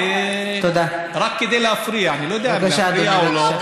בזמנו לעדי שקר שילמו.